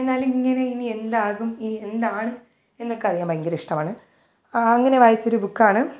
എന്നാലും ഇങ്ങനെ ഇനി എന്താകും ഇനിയെന്താണ് എന്നൊക്കെ അറിയാൻ ഭയങ്കരിഷ്ടവാണ് അങ്ങനെ വായിച്ചൊരു ബുക്കാണ്